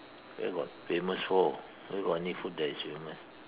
where got famous for where got any food that is famous